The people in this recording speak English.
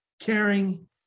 caring